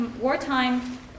wartime